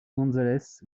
gonzalez